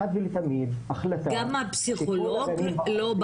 אחת ולתמיד החלטה שכל הגנים --- אחמד,